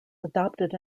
adopted